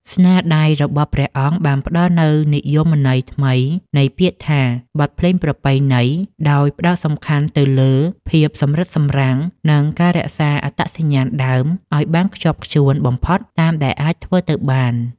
ស្នាដៃរបស់ព្រះអង្គបានផ្តល់នូវនិយមន័យថ្មីនៃពាក្យថា បទភ្លេងប្រពៃណី ដោយផ្តោតសំខាន់ទៅលើភាពសម្រិតសម្រាំង និងការរក្សាអត្តសញ្ញាណដើមឱ្យបានខ្ជាប់ខ្ជួនបំផុតតាមដែលអាចធ្វើទៅបាន។